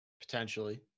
Potentially